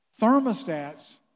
thermostats